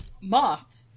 Moth